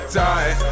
die